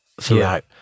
throughout